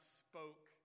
spoke